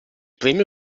premio